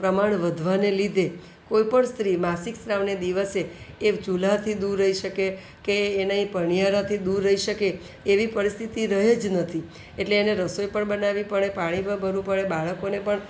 પ્રમાણ વધવાને લીધે કોઈ પણ સ્ત્રી માસિક સ્ત્રાવને દિવસે એ ચૂલાથી દૂર રહી શકે કે એ નહીં પાણિયારેથી દૂર રહી શકે એવી પરિસ્થિતિ રહી જ નથી એટલે એને રસોઈ પણ બનાવવી પડે પાણી પણ ભરવું પડે બાળકોને પણ